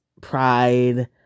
Pride